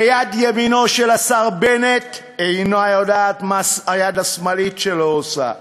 ויד ימינו של השר בנט אינה יודעת מה היד השמאלית שלו עושה.